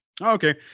Okay